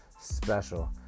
special